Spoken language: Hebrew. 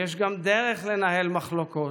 ויש גם דרך לנהל מחלוקות,